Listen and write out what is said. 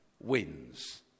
wins